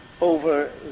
over